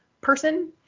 person